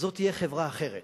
זאת תהיה חברה אחרת,